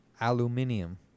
Aluminium